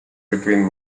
between